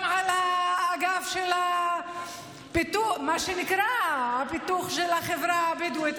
על האגף של מה שנקרא הפיתוח של החברה הבדואית.